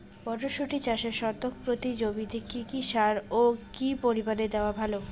মটরশুটি চাষে শতক প্রতি জমিতে কী কী সার ও কী পরিমাণে দেওয়া ভালো?